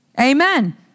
Amen